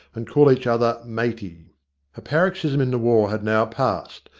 and call each other matey a paroxysm in the war had now passed,